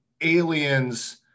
aliens